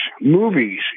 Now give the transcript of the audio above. movies